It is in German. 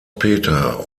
peter